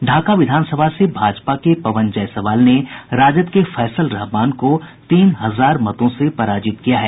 ढाका विधानसभा से भाजपा के पवन जायसवाल ने राजद के फैसल रहमान को तीन हजार मतों से पराजित किया है